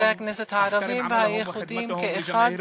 חברי הכנסת הערבים והיהודים כאחד,